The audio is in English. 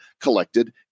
collected